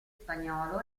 spagnolo